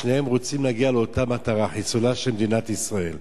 ששניהם רוצים להגיע לאותה מטרה: חיסולה של מדינת ישראל.